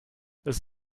this